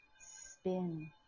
spin